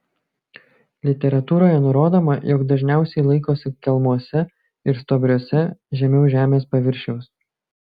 literatūroje nurodoma jog dažniausiai laikosi kelmuose ir stuobriuose žemiau žemės paviršiaus